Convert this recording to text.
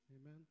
Amen